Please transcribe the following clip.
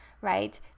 right